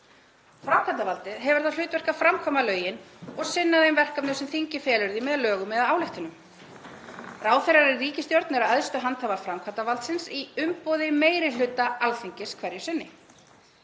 Framkvæmdarvaldið hefur það hlutverk að framkvæma lögin og sinna þeim verkefnum sem þingið felur því með lögum eða ályktunum. Ráðherrar í ríkisstjórn eru æðstu handhafar framkvæmdarvaldsins í umboði meiri hluta Alþingis hverju sinni.